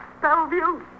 Bellevue